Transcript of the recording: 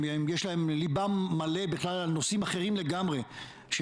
שליבם מלא בכלל על נושאים אחרים לגמרי של